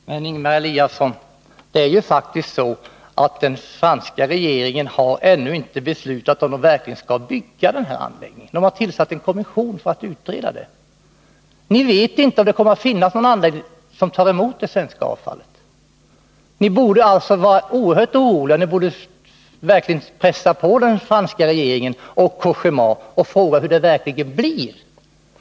Herr talman! Men, Ingemar Eliasson, det är ju faktiskt så att den franska regeringen ännu inte har beslutat om man verkligen skall bygga anläggningen. Man har tillsatt en kommission för att utreda detta. Ni vet inte om det kommer att finnas någon anläggning som tar emot det svenska avfallet. Ni borde alltså vara oerhört oroliga, och ni borde pressa på den franska regeringen och Cogéma och fråga hur det verkligen blir.